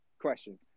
question